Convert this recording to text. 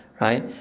right